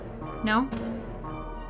No